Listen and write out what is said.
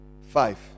Five